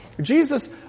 Jesus